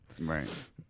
Right